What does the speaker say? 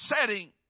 setting